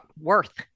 worth